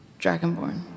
Dragonborn